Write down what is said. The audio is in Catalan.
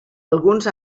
alguns